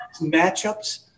matchups